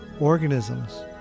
organisms